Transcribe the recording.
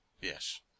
Yes